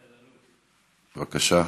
בבקשה.